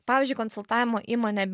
pavyzdžiui konsultavimo įmonė